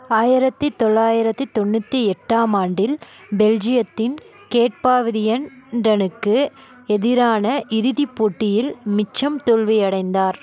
ஆயிரத்தி தொள்ளாயிரத்தி தொண்ணூற்றி எட்டாம் ஆண்டில் பெல்ஜியத்தின் கேட்பாவிரியன்டனுக்கு எதிரான இறுதிப் போட்டியில் மிட்சம் தோல்வியடைந்தார்